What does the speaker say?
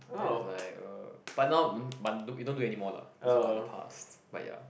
then it's like err but now but we don't do anymore lah it's all in the past but ya